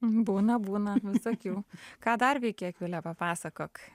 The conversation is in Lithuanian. būna būna visokių ką dar veiki akvile papasakok